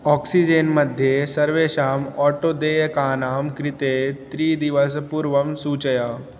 oxygen मध्ये सर्वेषाम् auto देयकानां कृते त्रिदिवसपूर्वं सूचय